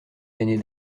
l’année